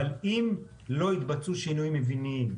אבל אם לא יתבצעו שינויים מבניים,